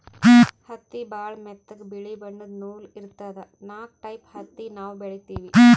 ಹತ್ತಿ ಭಾಳ್ ಮೆತ್ತಗ ಬಿಳಿ ಬಣ್ಣದ್ ನೂಲ್ ಇರ್ತದ ನಾಕ್ ಟೈಪ್ ಹತ್ತಿ ನಾವ್ ಬೆಳಿತೀವಿ